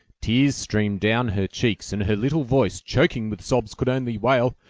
tears streamed down her cheeks, and her little voice, choking with sobs, could only wail,